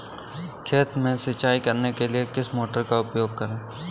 खेत में सिंचाई करने के लिए किस मोटर का उपयोग करें?